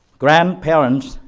grandparents,